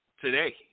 Today